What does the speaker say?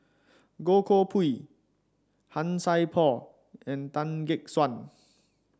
Goh Koh Pui Han Sai Por and Tan Gek Suan